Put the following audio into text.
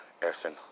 effing